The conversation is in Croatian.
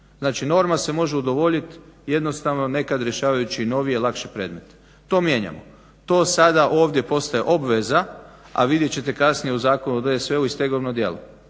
Znači, norma se može udovoljit jednostavno neka rješavajući novije, lakše predmete. To mijenjamo. To sada ovdje postaje obveza, a vidjet ćete kasnije u Zakonu o DSV-u i stegovno djelo.